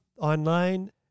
online